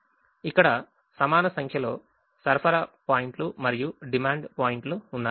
ఇక్కడ సమాన సంఖ్యలో సరఫరా పాయింట్లు మరియు డిమాండ్ పాయింట్లు ఉన్నాయి